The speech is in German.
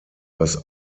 was